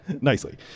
Nicely